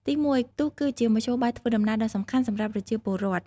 ទីមួយ ទូកគឺជា មធ្យោបាយធ្វើដំណើរ ដ៏សំខាន់សម្រាប់ប្រជាពលរដ្ឋ។